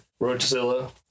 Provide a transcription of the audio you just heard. Roachzilla